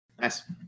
Nice